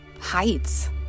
Heights